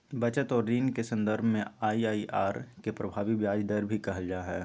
बचत और ऋण के सन्दर्भ में आइ.आइ.आर के प्रभावी ब्याज दर भी कहल जा हइ